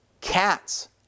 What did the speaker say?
Cats